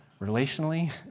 relationally